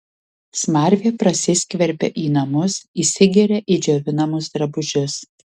smarvė prasiskverbia į namus įsigeria į džiovinamus drabužius